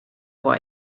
boy